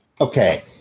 Okay